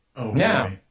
Now